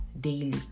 daily